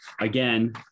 again